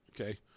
okay